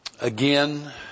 Again